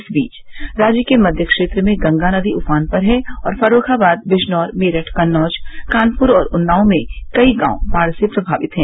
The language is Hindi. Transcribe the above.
इस बीच राज्य के मध्य क्षेत्र में गंगा नदी उफान पर है और फरूर्खाबाद बिजनौर मेरठ कन्नौज कानपुर और उन्नाव में कई गांव बाढ़ से प्रभावित है